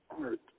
art